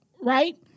right